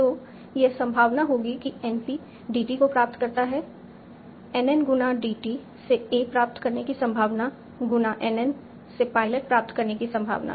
तो यह संभावना होगी कि NP DT को प्राप्त करता है NN गुना DT से a प्राप्त करने की संभावना गुना NN से पायलट प्राप्त करने की संभावना